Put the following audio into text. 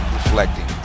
Reflecting